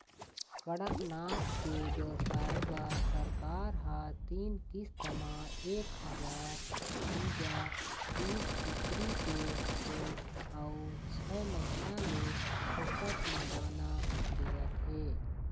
कड़कनाथ के बेवसाय बर सरकार ह तीन किस्त म एक हजार चूजा, तीस कुकरी के सेड अउ छय महीना ले फोकट म दाना देवत हे